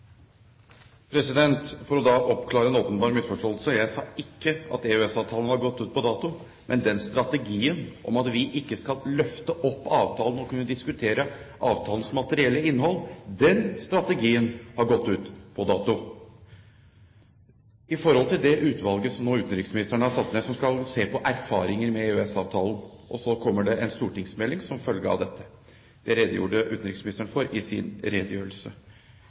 For å oppklare en åpenbar misforståelse: Jeg sa ikke at EØS-avtalen var gått ut på dato, men strategien om at vi ikke skal løfte opp avtalen og kunne diskutere avtalens materielle innhold – den strategien – har gått ut på dato, med tanke på det utvalget som utenriksministeren har satt ned som skal se på erfaringer med EØS-avtalen. Og så kommer det en stortingsmelding som følge av dette. Det redegjorde utenriksministeren for i sin redegjørelse.